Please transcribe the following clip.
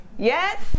yes